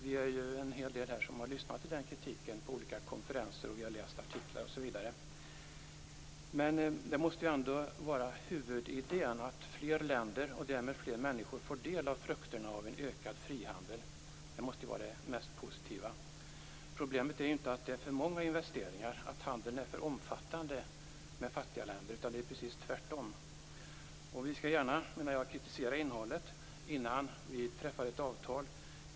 Vi är en hel del här som har lyssnat till den kritiken på olika konferenser, i artiklar som vi har läst osv. Men det måste ändå vara huvudidén att fler länder, och därmed fler människor, får del av frukterna av en ökad frihandel. Det måste vara det mest positiva. Problemet är ju inte att det är för många investeringar och att handeln är för omfattande med fattiga länder - det är precis tvärtom. Jag menar att vi gärna skall kritisera innehållet innan vi träffar ett avtal.